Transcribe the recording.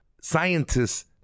scientists